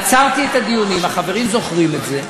עצרתי את הדיונים, החברים זוכרים את זה,